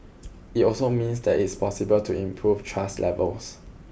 it also means it is possible to improve trust levels